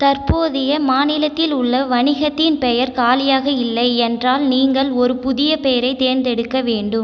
தற்போதைய மாநிலத்தில் உள்ள வணிகத்தின் பெயர் காலியாக இல்லை என்றால் நீங்கள் ஒரு புதிய பெயரைத் தேர்ந்தெடுக்க வேண்டும்